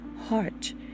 heart